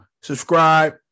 subscribe